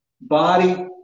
body